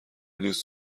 دوس